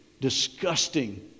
disgusting